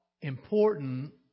important